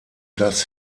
das